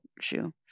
shoe